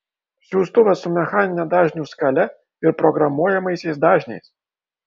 siųstuvas su mechanine dažnių skale ir programuojamaisiais dažniais